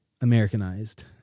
Americanized